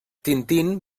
tintín